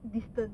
distant